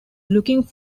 looking